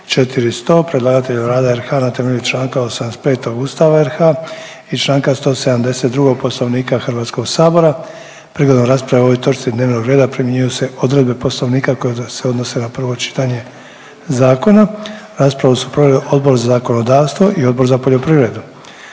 Predlagatelj je Vlada RH na temelju čl. 85. Ustava RH i čl. 172. Poslovnika Hrvatskog sabora. Prigodom rasprave o ovoj točci dnevnog reda primjenjuju se odredbe poslovnika koje se odnose na prvo čitanje zakona. Raspravu su proveli Odbor za zakonodavstvo i Odbor za poljoprivredu.